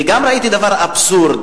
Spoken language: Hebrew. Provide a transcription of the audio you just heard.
וגם ראיתי דבר אבסורד,